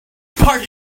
part